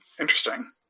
Interesting